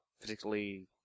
particularly